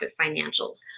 financials